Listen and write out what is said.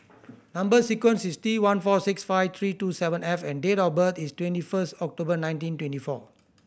number sequence is T one four six five three two seven F and date of birth is twenty first October nineteen twenty four